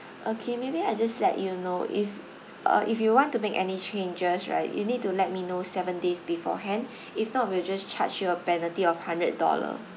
okay maybe I just let you know if uh if you want to make any changes right you need to let me know seven days beforehand if not we'll just charge you a penalty of hundred dollar